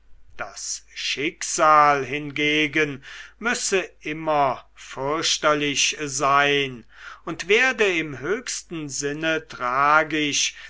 das schicksal hingegen müsse immer fürchterlich sein und werde im höchsten sinne tragisch